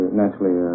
naturally